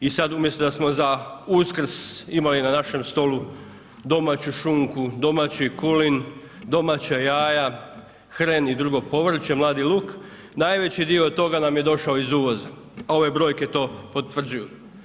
I sada umjesto da smo za Uskrs imali na našem stolu domaću šunku, domaći kulen, domaća jaja, hren i drugo povrće, mladi luk najveći dio toga nam je došao iz uvoza, a ove brojke to potvrđuju.